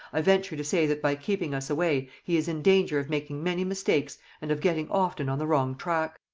i venture to say that by keeping us away he is in danger of making many mistakes and of getting often on the wrong track.